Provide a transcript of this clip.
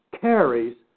carries